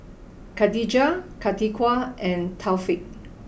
Khatijah Atiqah and Taufik